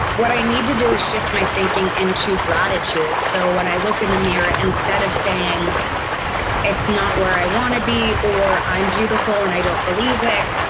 what i need to do is shift my thinking into gratitude. so when i look in the mirror, instead of saying it's not where i want to be or i'm beautiful and i don't believe it.